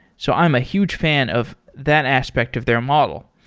so i'm a huge fan of that aspect of their model.